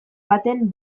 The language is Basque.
baten